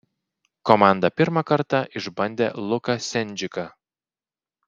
komanda pirmą kartą išbandė luką sendžiką